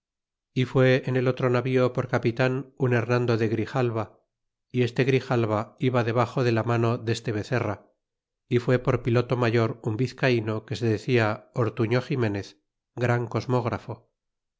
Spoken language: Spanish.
y fué en el otro navío por capitan un hernando de grijalva y este grijalva iba debaxo de la mano deste bezerra y fué por piloto mayor un vizcayno que se decia ortuño ximenez gran cosmógrafo